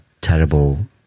terrible